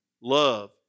love